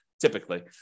typically